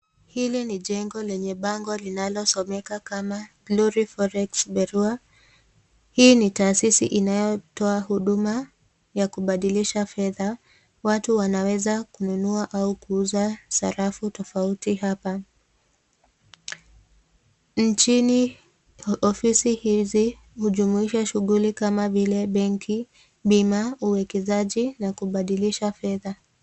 Hili ni njengo lenye bango linalosomeka kama (cs)Glory Forex Bureau (cs) hii ni taasisi inayotoa huduma ya kubadilisha fedha ,watu wanaweza kununua au kuuza sarafu tofauti hapa ,nchini ofisi hizi hujumuisha shughuli kama vile; banki ,bima ,uekezaji na kubadilisha fedha.